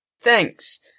Thanks